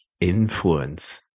influence